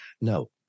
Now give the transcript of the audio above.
No